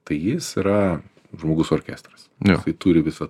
tai jis yra žmogus orkestras jisai turi visą